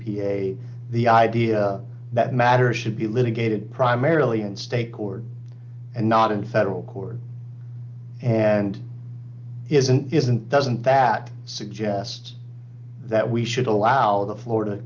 p a the idea that matter should be litigated primarily in state court and not in federal court and isn't isn't doesn't that suggest that we should allow the florida